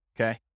Okay